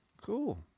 cool